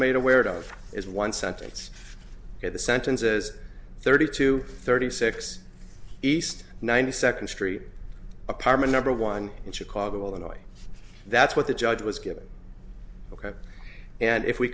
made aware of is one sentence or the sentences thirty to thirty six east ninety second street apartment number one in chicago illinois that's what the judge was given ok and if we